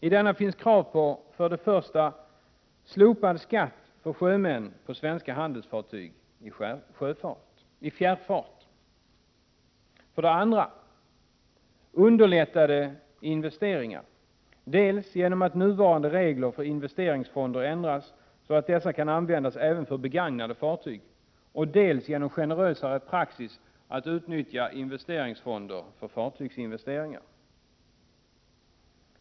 I reservationen krävs för det första att skatten för sjöman på svenska handelsfartyg i fjärrfart slopas. För det andra krävs ett underlättande av investeringar dels genom att nuvarande regler för investeringsfonder ändras så att dessa kan användas även för begagnade fartyg, dels genom att det införs en generösare praxis för att utnyttja investeringsfonder för fartygsinvesteringar.